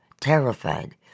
terrified